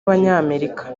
abanyamerika